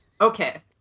Okay